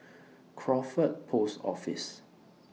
Crawford Post Office